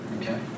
okay